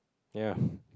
ya